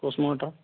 کُس ماڈل